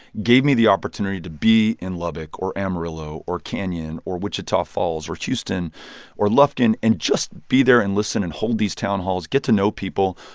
gave me the opportunity to be in lubbock or amarillo or canyon or wichita falls or huston or lufkin and just be there and listen and hold these town halls, get to know people.